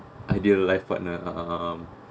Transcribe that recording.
ideal life partner um